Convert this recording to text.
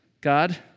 God